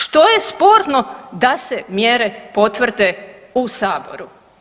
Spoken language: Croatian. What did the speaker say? Što je sporno da se mjere potvrde u saboru?